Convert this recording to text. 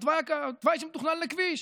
על תוואי שמתוכנן לכביש.